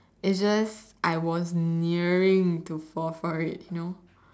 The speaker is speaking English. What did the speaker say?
it's just I was nearing to fall for it you know